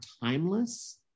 timeless